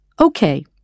Okay